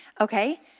Okay